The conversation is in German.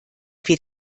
wir